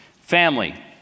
Family